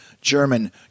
German